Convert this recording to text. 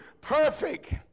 perfect